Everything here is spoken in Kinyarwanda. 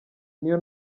n’iyo